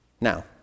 Now